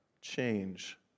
change